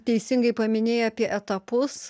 teisingai paminėjai apie etapus